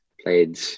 played